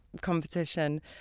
competition